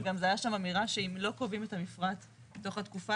וגם הייתה שם אמירה שאם לא קובעים את המפרט תוך התקופה